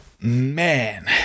Man